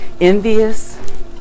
Envious